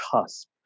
cusp